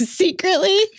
secretly